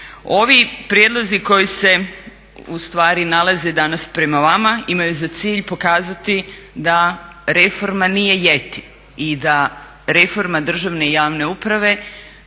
Ovi prijedlozi koji se u stvari nalaze danas prema vama imaju za cilj pokazati da reforma nije jeti i da reforma državne i javne uprave